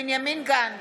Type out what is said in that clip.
בנימין גנץ,